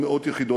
מאות יחידות,